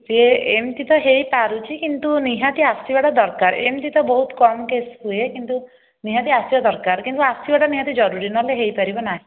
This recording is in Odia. ସିଏ ଏମିତି ତ ହୋଇପାରୁଛି କିନ୍ତୁ ନିହାତି ଆସିବାଟା ଦରକାର ଏମିତି ତ ବହୁତ କମ କେସ୍ ହୁଏ କିନ୍ତୁ ନିହାତି ଆସିବା ଦରକାର କିନ୍ତୁ ଆସିବାଟା ନିହାତି ଜରୁରୀ ନହେଲେ ହୋଇପାରିବ ନାହିଁ